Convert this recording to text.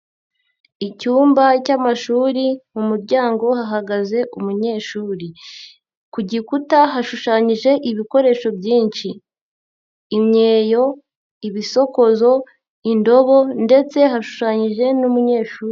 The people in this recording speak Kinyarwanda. Icyumba cy'amashuri mu muryango hahagaze umunyeshuri. Ku gikuta hashushanyije ibikoresho byinshi. Imyeyo ibisokoza indobo ndetse hashushanyije n'umunyeshuri.